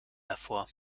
hervor